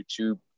YouTube